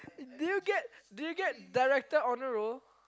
do you get do you get director honor roll